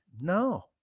no